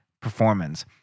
Performance